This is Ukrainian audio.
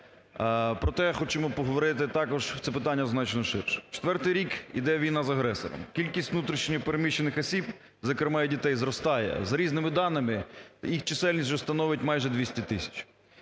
Проте, хочемо проговорити також це питання значно ширше. Четвертий рік йде війна з агресором. Кількість внутрішньо переміщених, зокрема і дітей, зростає. За різними даними їх чисельність вже становить майже 200 тисяч.